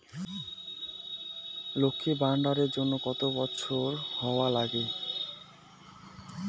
লক্ষী ভান্ডার এর জন্যে কতো বছর বয়স হওয়া লাগে?